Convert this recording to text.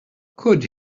could